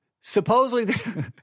Supposedly